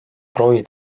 proovi